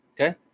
Okay